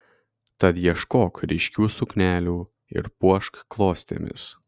tad ieškok ryškių suknelių ir puošk klostėmis